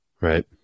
right